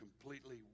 completely